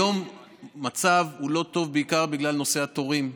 היום המצב לא טוב בעיקר בגלל נושא התורים,